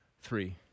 three